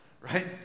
right